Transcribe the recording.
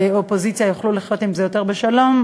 האופוזיציה יוכלו לחיות עם זה יותר בשלום,